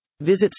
Visit